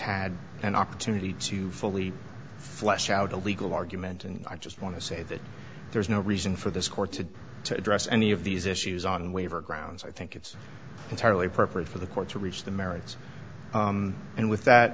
had an opportunity to fully flesh out a legal argument and i just want to say that there's no reason for this court to to address any of these issues on waiver grounds i think it's entirely appropriate for the court to reach the merits and with that